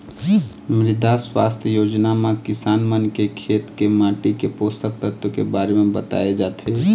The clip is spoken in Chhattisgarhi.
मृदा सुवास्थ योजना म किसान मन के खेत के माटी के पोसक तत्व के बारे म बताए जाथे